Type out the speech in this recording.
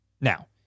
Now